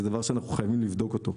זה דבר שאנחנו חייבים לבדוק אותו.